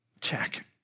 check